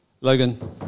Logan